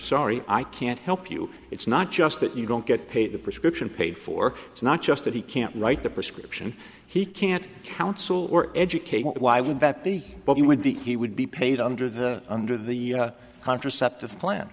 sorry i can't help you it's not just that you don't get paid the prescription paid for it's not just that he can't write the prescription he can't counsel or educate why would that be but he would be he would be paid under the under the contraceptive plan